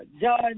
John